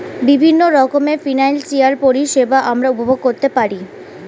বিভিন্ন রকমের ফিনান্সিয়াল পরিষেবা আমরা উপভোগ করতে পারি